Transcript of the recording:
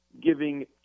giving